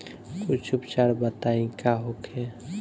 कुछ उपचार बताई का होखे?